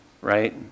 Right